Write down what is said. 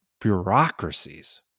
bureaucracies